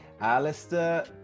Alistair